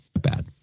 bad